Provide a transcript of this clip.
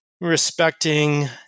respecting